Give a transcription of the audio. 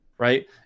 Right